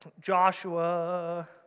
Joshua